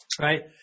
right